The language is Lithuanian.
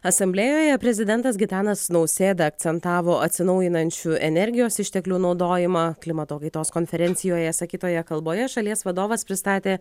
asamblėjoje prezidentas gitanas nausėda akcentavo atsinaujinančių energijos išteklių naudojimą klimato kaitos konferencijoje sakytoje kalboje šalies vadovas pristatė